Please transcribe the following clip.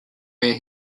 where